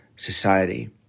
society